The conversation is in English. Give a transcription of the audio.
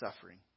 suffering